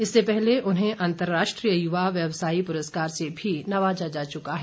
इससे पहले उन्हें अंतर्राष्ट्रीय युवा व्यवसायी पुरस्कार से भी नवाजा जा चुका है